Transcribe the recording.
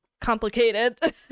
complicated